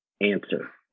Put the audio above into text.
answer